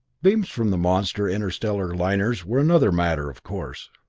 beams from the monster interstellar liners were another matter, of course.